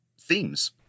themes